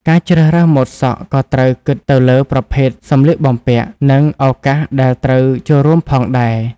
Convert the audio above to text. ការជ្រើសរើសម៉ូតសក់ក៏ត្រូវគិតទៅលើប្រភេទសម្លៀកបំពាក់ និងឱកាសដែលត្រូវចូលរួមផងដែរ។